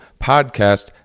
podcast